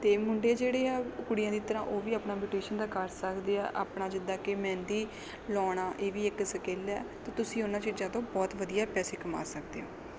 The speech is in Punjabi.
ਅਤੇ ਮੁੰਡੇ ਜਿਹੜੇ ਆ ਕੁੜੀਆਂ ਦੀ ਤਰ੍ਹਾਂ ਉਹ ਵੀ ਆਪਣਾ ਬਿਊਟੀਸ਼ਨ ਦਾ ਕਰ ਸਕਦੇ ਆ ਆਪਣਾ ਜਿੱਦਾਂ ਕਿ ਮਹਿੰਦੀ ਲਾਉਣਾ ਇਹ ਵੀ ਇੱਕ ਸਕਿੱਲ ਹੈ ਅਤੇ ਤੁਸੀਂ ਉਹਨਾਂ ਚੀਜ਼ਾਂ ਤੋਂ ਬਹੁਤ ਵਧੀਆ ਪੈਸੇ ਕਮਾ ਸਕਦੇ ਹੋ